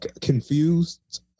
Confused